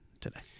today